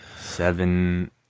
Seven